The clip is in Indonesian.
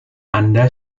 anda